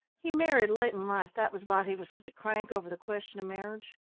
he married late in life, that was why he was such a crank over the question of marriage.